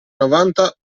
novanta